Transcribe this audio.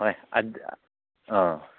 ꯍꯣꯏ ꯑꯥ